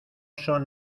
son